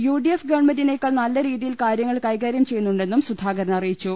UDF ഗവൺമെന്റിനേക്കാൾ നല്ലരീതിയിൽ കാര്യങ്ങൾ കൈകാര്യം ചെയ്യുന്നുണ്ടെന്നും സുധാകരൻ അറിയിച്ചു